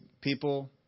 People